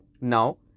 Now